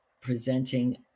presenting